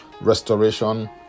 restoration